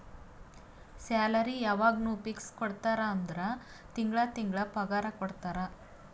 salary ಯವಾಗ್ನೂ fix ಕೊಡ್ತಾರ ಅಂದುರ್ ತಿಂಗಳಾ ತಿಂಗಳಾ ಪಗಾರ ಕೊಡ್ತಾರ